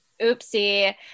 Oopsie